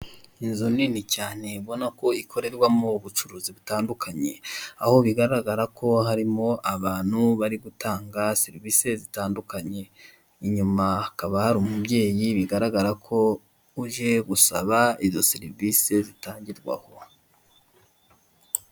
Inzu nini cyane ubona ko ikorerwamo ubucuruzi butandukanye. Aho bigaragara ko harimo abantu bari gutanga serivisi zitandukanye, inyuma hakaba hari umubyeyi bigaragara ko uje gusaba izo serivise zitangirwa aho.